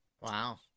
wow